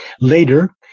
Later